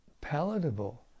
palatable